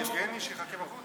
אני אתן לך עצות פוליטיות טובות.